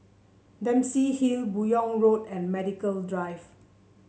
Dempsey Hill Buyong Road and Medical Drive